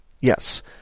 Yes